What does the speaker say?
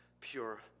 pure